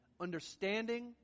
understanding